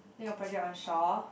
doing a project on Shaw